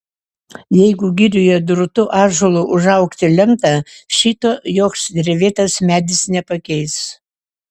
jeigu girioje drūtu ąžuolu užaugti lemta šito joks drevėtas medis nepakeis